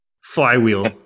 flywheel